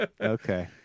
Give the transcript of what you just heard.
Okay